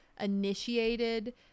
initiated